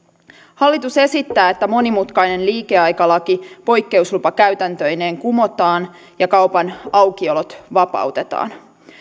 hallitus esittää että monimutkainen liikeaikalaki poikkeuslupakäytäntöineen kumotaan ja kaupan aukiolot vapautetaan